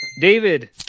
David